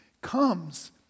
comes